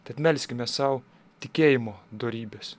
tad melskime sau tikėjimo dorybės